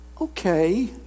Okay